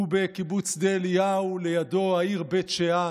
הוא בקיבוץ שדה אליהו, ולידו העיר בית שאן.